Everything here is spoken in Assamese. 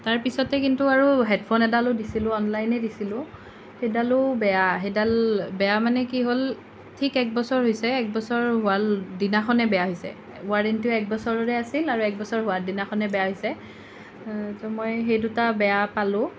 তাৰ পিছতে কিন্তু আৰু হেড ফোন এডালো দিছিলোঁ অনলাইনেই দিছিলোঁ সেইডালো বেয়া সেইডাল বেয়া মানে কি হ'ল ঠিক একবছৰ হৈছে একবছৰ হোৱাৰ দিনাখনেই বেয়া হৈছে ৱাৰাণ্টিও একবছৰৰেই আছিল আৰু একবছৰ হোৱা দিনাখনেই বেয়া হৈছে ত' মই সেই দুটা বেয়া পালোঁ